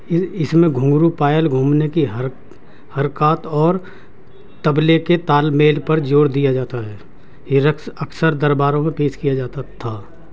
اس میں گھنگرو پائل گھومنے کی ہر حرکات اور طبلے کے تال میل پر زور دیا جاتا ہے یہ رقص اکثر درباروں میں پیش کیا جاتا تھا